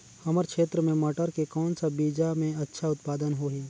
हमर क्षेत्र मे मटर के कौन सा बीजा मे अच्छा उत्पादन होही?